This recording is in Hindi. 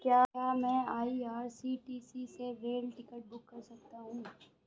क्या मैं आई.आर.सी.टी.सी से रेल टिकट बुक कर सकता हूँ?